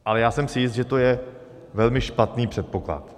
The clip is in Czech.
Ale já jsem si jist, že to je velmi špatný předpoklad.